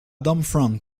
domfront